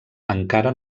encara